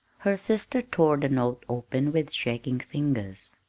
her sister tore the note open with shaking fingers.